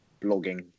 blogging